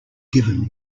given